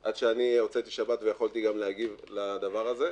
עד שאני הוצאתי שבת ויכולתי גם להגיב לדבר הזה.